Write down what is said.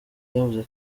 ryavuze